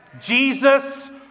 Jesus